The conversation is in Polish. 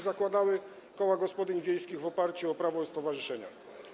Zakładały one koła gospodyń wiejskich w oparciu o Prawo o stowarzyszeniach.